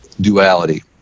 duality